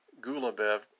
Gulabev